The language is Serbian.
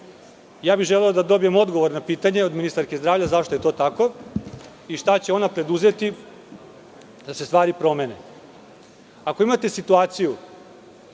bih da dobijem odgovor na pitanje od ministarke zdravlja – zašto je to tako i šta će ona preduzeti da se stvari promene? Ako imate situaciju